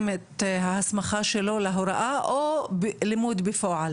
את ההסמכה שלו להוראה או לימוד בפועל?